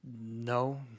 no